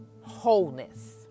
wholeness